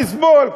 נסבול,